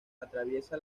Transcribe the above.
atraviesa